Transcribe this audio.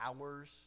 hours